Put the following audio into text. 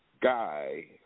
guy